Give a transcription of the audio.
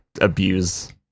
abuse